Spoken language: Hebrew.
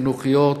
החינוכיות,